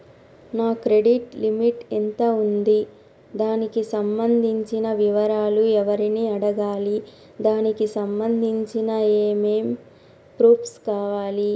నా credit limit ఎంత ఉంది? దానికి సంబంధించిన వివరాలు ఎవరిని అడగాలి? దానికి సంబంధించిన ఏమేం ప్రూఫ్స్ కావాలి?